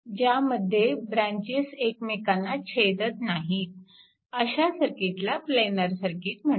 ज्यामध्ये ब्रॅंचेस एकमेकांना छेदत नाहीत अशा सर्किटला प्लेनार सर्किट म्हणतात